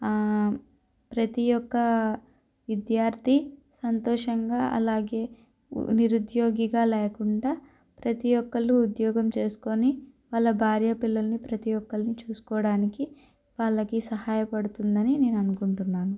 ప్రతీ ఒక్క విద్యార్థి సంతోషంగా అలాగే నిరుద్యోగిగా లేకుండా ప్రతీ ఒక్కళ్ళు ఉద్యోగం చేసుకొని వాళ్ళ భార్య పిల్లలని ప్రతీ ఒక్కరినీ చూసుకోవడానికి వాళ్ళకి సహాయపడుతుందని నేను అనుకుంటున్నాను